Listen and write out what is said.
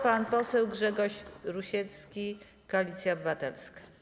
Pan poseł Grzegorz Rusiecki, Koalicja Obywatelska.